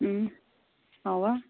آ